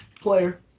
player